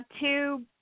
two